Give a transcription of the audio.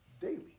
Daily